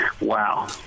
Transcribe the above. Wow